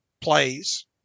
plays